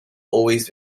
always